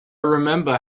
remember